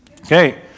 Okay